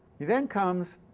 he then comes,